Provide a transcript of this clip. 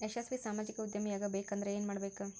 ಯಶಸ್ವಿ ಸಾಮಾಜಿಕ ಉದ್ಯಮಿಯಾಗಬೇಕಂದ್ರ ಏನ್ ಮಾಡ್ಬೇಕ